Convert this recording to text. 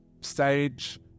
stage